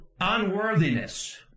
unworthiness